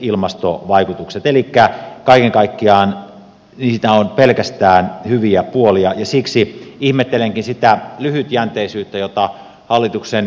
elikkä kaiken kaikkiaan siinä on pelkästään hyviä puolia ja siksi ihmettelenkin sitä lyhytjänteisyyttä jota hallituksen energiapolitiikka on sisältänyt